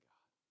God